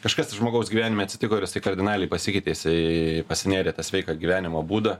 kažkas tai žmogaus gyvenime atsitiko ir jisai kardinaliai pasikeitė jisai pasinėrė į tą sveiką gyvenimo būdą